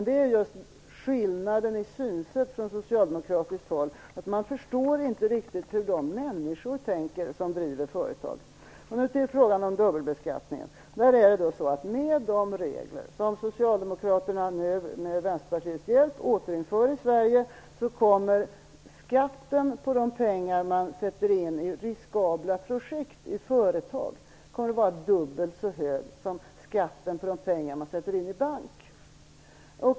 Detta är skillnaden i synsätt mellan oss och socialdemokraterna. Socialdemokraterna förstår inte riktigt hur de människor som driver företag tänker. Vi har berört frågan om dubbelbeskattningen. Med de regler som Socialdemokraterna nu med Vänsterpartiets hjälp återinför i Sverige kommer skatten på de pengar man satsar i riskabla projekt i företag att vara dubbelt så hög som skatten på de pengar man sätter in på bank.